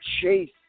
chase